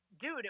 dude